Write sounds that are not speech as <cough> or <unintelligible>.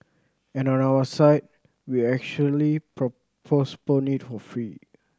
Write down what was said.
and on our side we actually propose <unintelligible> it for free